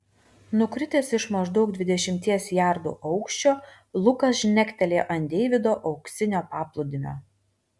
nukritęs iš maždaug dvidešimties jardų aukščio lukas žnektelėjo ant deivido auksinio paplūdimio